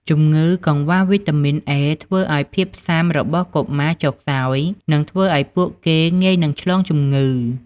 ជម្ងឺកង្វះវីតាមីន A ធ្វើឱ្យភាពស៊ាំរបស់កុមារចុះខ្សោយ និងធ្វើឱ្យពួកគេងាយនឹងឆ្លងជម្ងឺ។